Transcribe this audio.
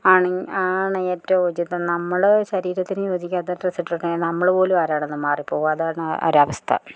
ആണ ആണ് ഏറ്റവും ഉചിതം നമ്മള് ശരീരത്തിന് യോജിക്കാത്ത ഡ്രസ്സിട്ടിട്ടുണ്ടെങ്കിൽ നമ്മള് പോലും ആരാണെന്ന് മാറി പോകും അതാണ് ഒരവസ്ഥ